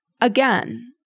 Again